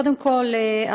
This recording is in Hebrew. קודם כול,